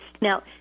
Now